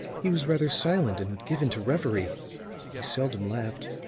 he was rather silent and given to reverie he seldom laughed.